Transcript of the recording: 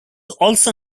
also